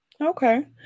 Okay